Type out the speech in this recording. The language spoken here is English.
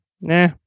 nah